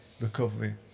Recovery